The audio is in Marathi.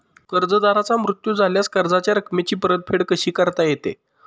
कर्जदाराचा मृत्यू झाल्यास कर्जाच्या रकमेची परतफेड कशी करता येते?